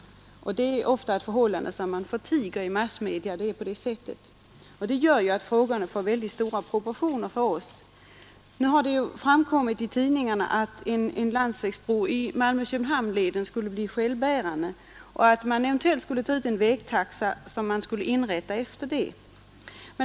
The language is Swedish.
Men det förhållandet förtigs ofta i massmedierna. Detta gör att brofrågan har fått mycket stor betydelse för oss. Nu har det framkommit i tidningarna att en landsvägsbro Malmö— Köpenhamn skulle bli ekonomiskt självbärande och att man skulle ta ut en vägtaxa som fastställes efter det.